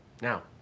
Now